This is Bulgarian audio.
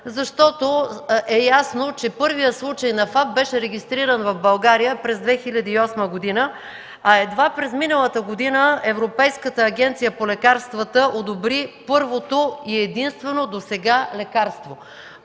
защото е ясно, че първият случай на ФАП беше регистриран в България през 2008 г., а едва през миналата година Европейската агенция по лекарствата одобри първото и единствено досега лекарство,